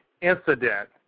incident